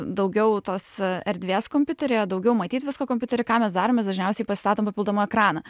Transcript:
daugiau tos erdvės kompiuteryje daugiau matyt visko kompiutery ką mes darom mes dažniausiai pasistatom papildomą ekraną